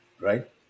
right